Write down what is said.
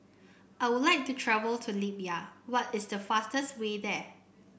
I would like to travel to Libya why is the fastest way there